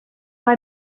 why